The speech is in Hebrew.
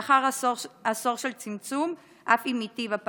לאחר עשור של צמצום בפערים, אף אם איטי.